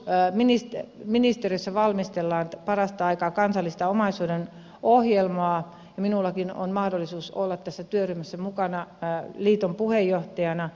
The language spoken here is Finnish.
nyt ministeriössä valmistellaan parasta aikaa kansallista omaishoidon ohjelmaa ja minullakin on mahdollisuus olla tässä työryhmässä mukana liiton puheenjohtajana